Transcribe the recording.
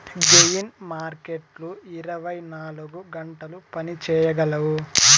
gain మార్కెట్లు ఇరవై నాలుగు గంటలు పని చేయగలవు